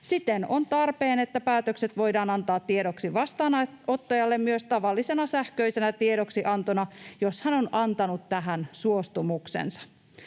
Siten on tarpeen, että päätökset voidaan antaa tiedoksi vastaanottajalle myös tavallisena sähköisenä tiedoksiantona, jos hän on antanut tähän suostumuksensa.